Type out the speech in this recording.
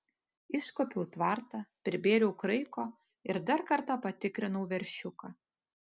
iškuopiau tvartą pribėriau kraiko ir dar kartą patikrinau veršiuką